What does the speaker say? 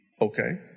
Okay